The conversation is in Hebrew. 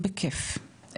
בכייף,